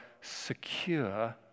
secure